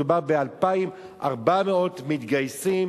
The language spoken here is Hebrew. מדובר ב-2,400 מתגייסים